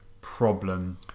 problem